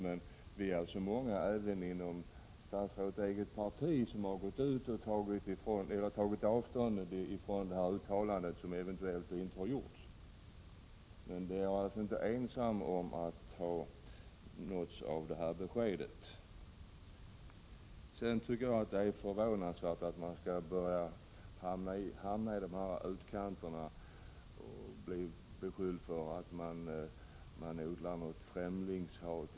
Många inom statsrådets eget parti har också gått ut och tagit avstånd från detta uttalande, som eventuellt inte har gjorts. Jag är alltså inte ensam om att ha nåtts av ett sådant besked. Jag tycker det är förvånansvärt att man skulle behöva hamna i utkanten och bli beskylld för att odla främlingshat.